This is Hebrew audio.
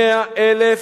100,000,